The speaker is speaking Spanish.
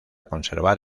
conservar